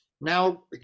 now